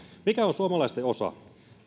mikä on suomalaisten osa